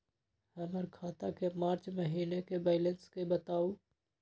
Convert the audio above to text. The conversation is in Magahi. हमर खाता के मार्च महीने के बैलेंस के बताऊ?